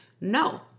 No